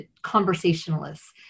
conversationalists